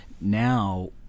now